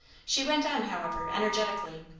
she went on, however, energetically.